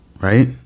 right